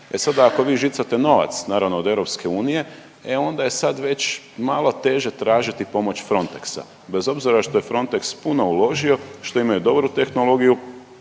E sada ako vi žicate novac naravno od EU e onda je sad već malo teže tražiti pomoć Frontexa bez obzira što je Frontex puno uložio što imaju dobru tehnologiju